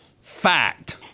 fact